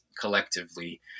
collectively